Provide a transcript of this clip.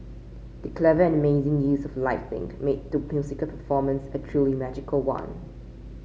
the clever and amazing use of lighting made the musical performance a truly magical one